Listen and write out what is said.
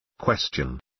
Question